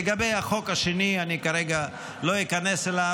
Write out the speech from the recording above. לגבי החוק השני, אני כרגע לא איכנס אליו.